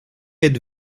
êtes